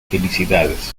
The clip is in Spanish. felicidades